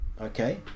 okay